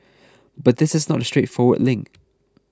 but this is not a straightforward link